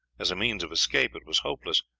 as a means of escape it was hopeless,